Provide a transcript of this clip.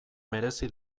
merezi